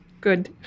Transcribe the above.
Good